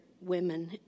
women